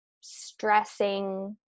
stressing